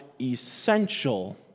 essential